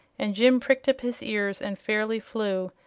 and jim pricked up his ears and fairly flew.